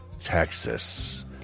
texas